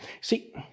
See